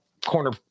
corner